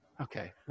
Okay